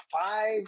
five